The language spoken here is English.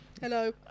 Hello